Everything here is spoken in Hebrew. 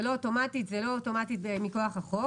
זה לא אוטומטית מכוח החוק.